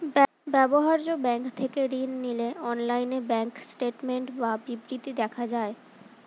ব্যবহার্য ব্যাঙ্ক থেকে ঋণ নিলে অনলাইনে ব্যাঙ্ক স্টেটমেন্ট বা বিবৃতি দেখা যায়